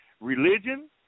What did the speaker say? Religion